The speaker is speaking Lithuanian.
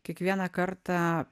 kiekvieną kartą